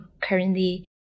currently